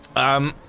um,